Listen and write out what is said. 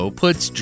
puts